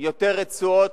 יותר רצועות,